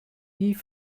nie